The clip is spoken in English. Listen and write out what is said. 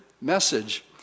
message